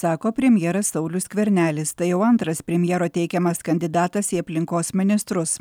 sako premjeras saulius skvernelis tai jau antras premjero teikiamas kandidatas į aplinkos ministrus